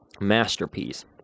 masterpiece